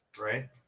Right